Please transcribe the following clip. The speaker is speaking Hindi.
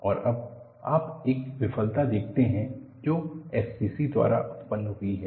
और अब आप एक विफलता देखते हैं जो SCC द्वारा उत्पन्न हुई है